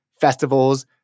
festivals